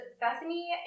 Bethany